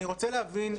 אני רוצה להבין,